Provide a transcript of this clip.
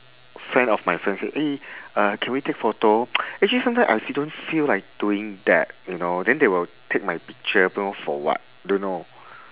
friend of my friend say eh uh can we take photo actually sometime I fe~ I don't feel like doing that you know then they will take my picture don't know for what don't know